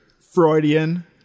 Freudian